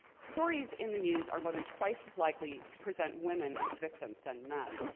stories in the news are more than twice as likely to present women as victims than men,